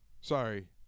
Sorry